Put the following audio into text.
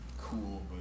cool